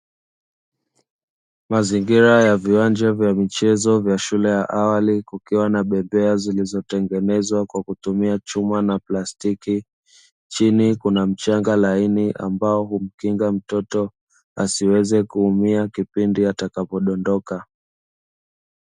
Mazingira ya viwanja vya michezo vya shule ya awali kukiwa na bembea zilizotengenezwa kwa kutumia chuma na plastiki. Chini kuna mchanga laini ambao humkinga mtoto asiweze kuumia kipindi atakapodondoka.